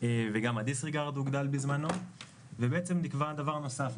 וגם הדיסריגרד הוגדל בזמנו ובעצם נקבע דבר נוסף.